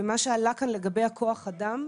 מה שעלה כאן לגבי כוח האדם,